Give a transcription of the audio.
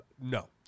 no